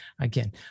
again